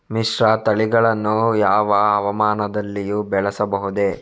ಮಿಶ್ರತಳಿಗಳನ್ನು ಯಾವ ಹವಾಮಾನದಲ್ಲಿಯೂ ಬೆಳೆಸಬಹುದೇ?